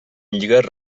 lligues